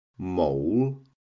Mole